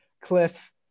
Cliff